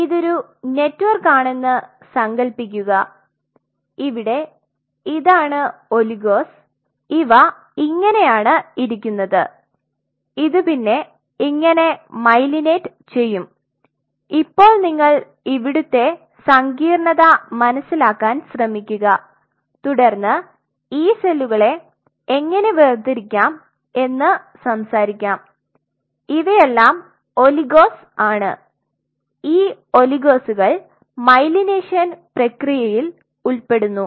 ഇതൊരു നെറ്റ്വർക്ക് ആണെന്ന് സങ്കല്പിക്കുക ഇവിടെ ഇതാണ് ഒലിഗോസ് ഇവ ഇങ്ങനെയാണ് ഇരിക്കുന്നത് ഇത് പിന്നെ ഇങ്ങനെ മൈലിനേറ്റ് ചെയ്യും ഇപ്പോൾ നിങ്ങൾ ഇവുടുത്തെ സങ്കീർണ്ണത മനസിലാക്കാൻ ശ്രമിക്കുക തുടർന്ന് ഈ സെല്ലുകളെ എങ്ങനെ വേർതിരികാം എന്ന് സംസാരികാം ഇവയെല്ലാം ഒലിഗോസ് ആണ് ഈ ഒലിഗോസുകൾ മെയ്ലിനേഷൻ പ്രക്രിയയിൽ ഉൾപ്പെടുന്നു